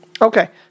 Okay